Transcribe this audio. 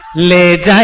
lady